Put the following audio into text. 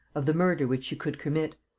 of the murder which she could commit,